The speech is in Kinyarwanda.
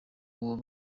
uwo